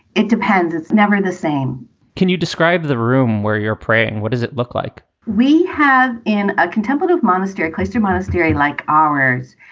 it depends. it's never the same can you describe the room where you're praying? what does it look like? we have in a contemplative monastery, cloistered monastery like ours.